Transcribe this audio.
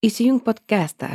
įsijunk podkestą